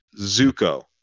Zuko